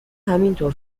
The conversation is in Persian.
همینطور